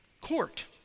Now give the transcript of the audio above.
court